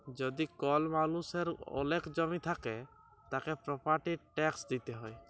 যদি কল মালুষের ওলেক জমি থাক্যে, তাকে প্রপার্টির ট্যাক্স দিতে হ্যয়